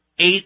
eight